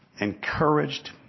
encouraged